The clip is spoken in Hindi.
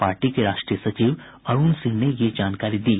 पार्टी के राष्ट्रीय सचिव अरूण सिंह ने यह जानकारी दी